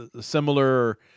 similar